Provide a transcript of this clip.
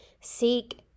seek